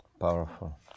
Powerful